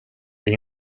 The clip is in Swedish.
det